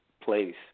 place